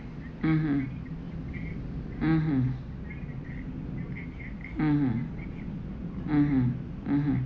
mmhmm mmhmm mmhmm mmhmm mmhmm